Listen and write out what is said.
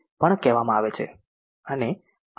પણ કહેવામાં આવે છે અને આર